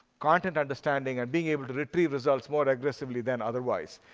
content understanding, and being able to retrieve results more aggressively than otherwise.